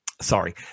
sorry